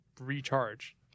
recharge